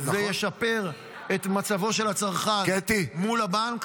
וישפר את מצבו של הצרכן מול הבנק.